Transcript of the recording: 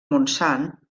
montsant